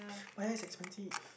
but that's expensive